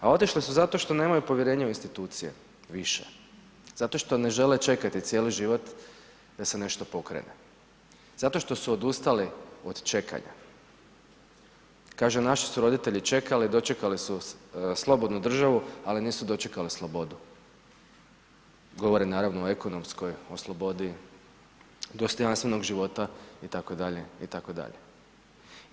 A otišli su zato što nemaju povjerenje u institucije više, zato što ne žele čekati cijeli život da se nešto pokrene, zato što su odustali od čekanja, kažu naši su roditelji čekali, dočekali su slobodnu državu ali nisu dočekali slobodu, govore naravno o ekonomskoj, o slobodi dostojanstvenog života i tako dalje, i tako dalje.